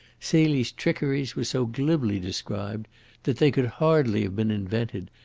celie's trickeries were so glibly described that they could hardly have been invented,